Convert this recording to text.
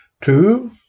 two